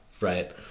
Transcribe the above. right